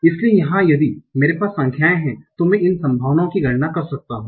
इसलिए यहां यदि मेरे पास संख्याएं हैं तो मैं इन संभावनाओं की गणना कर सकता हूं